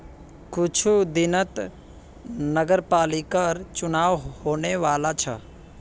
कुछू दिनत नगरपालिकर चुनाव होने वाला छ